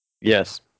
Yes